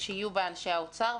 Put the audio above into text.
שיהיו בה אנשי האוצר,